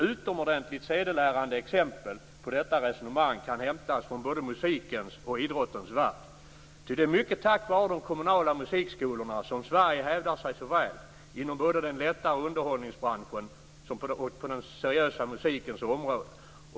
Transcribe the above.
Utomordentligt sedelärande exempel på detta resonemang kan hämtas från både musikens och idrottens värld, ty det är mycket tack vare de kommunala musikskolorna som Sverige hävdar sig så väl inom den lättare underhållningsbranschen och på den seriösa musikens område.